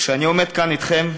כשאני עומד כאן אתכם,